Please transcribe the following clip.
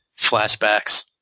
Flashbacks